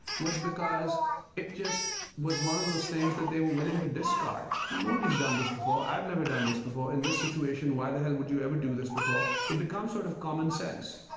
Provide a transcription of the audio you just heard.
was because it just was one of those things that they were willing to discard. nobody has done this before. i've never done this before. in this situation why the hell would you ever do this before? it becomes sort of common sense.